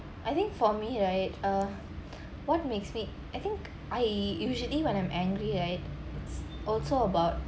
I think for me right uh what makes me I think I usually when I'm angry right it's also about